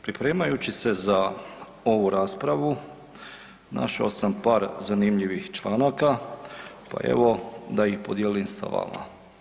Pripremajući se za ovu raspravu našao sam par zanimljivih članaka pa evo da ih podijelim s vama.